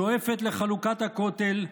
שואפת לחלוקת הכותל,